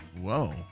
Whoa